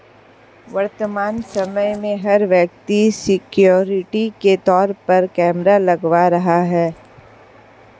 वर्तमान समय में, हर व्यक्ति सिक्योरिटी के तौर पर कैमरा लगवा रहा है